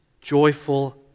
joyful